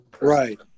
right